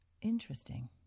Interesting